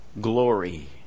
glory